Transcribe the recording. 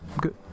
good